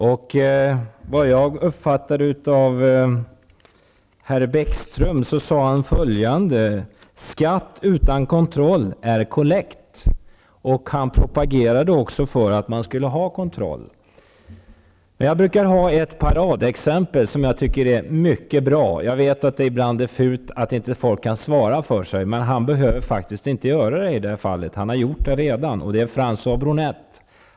Om jag uppfattade det rätt sade herr Bäckström följande: Skatt utan kontroll är kollekt. Han propagerade också för att man skulle ha kontroll. Jag brukar anföra ett paradexempel som jag tycker är mycket bra. Jag vet att det ibland anses fult att angripa någon som inte kan gå i svaromål, men i det här fallet behöver han faktiskt inte göra det -- han har redan gjort det. Jag tänker på François Bronett.